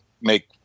make